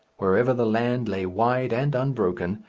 wherever the land lay wide and unbroken,